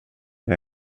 kan